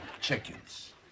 chickens